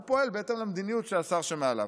הוא פועל בהתאם למדיניות של השר שמעליו.